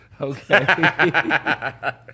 Okay